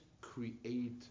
create